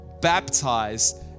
baptized